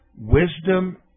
Wisdom